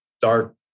dark